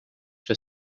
for